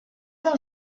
del